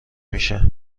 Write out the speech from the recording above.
میشه